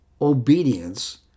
obedience